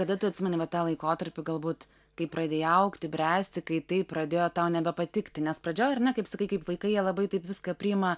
kada tu atsimeni va tą laikotarpį galbūt kai pradėjai augti bręsti kai tai pradėjo tau nebepatikti nes pradžioj ar ne kaip sakai kaip vaikai jie labiau taip viską priima